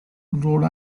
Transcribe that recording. rhode